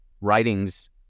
writings